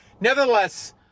nevertheless